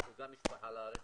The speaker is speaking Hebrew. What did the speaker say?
---- משפחה לארץ,